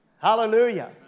Hallelujah